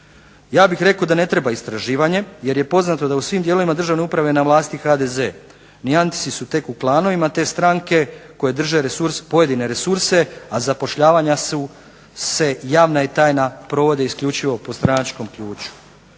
Ja bih rekao da ne treba istraživanje jer je poznato da je na svim dijelovima državne uprav na vlasti HDZ, nijanse su tek u klanovima te stranke koji drže pojedine resurse, a zapošljavanja se javna i tajna provode isključivo po stranačkom ključu.